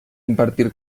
impartir